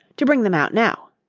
to bring them out now.